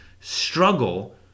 struggle